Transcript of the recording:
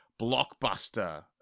Blockbuster